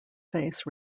face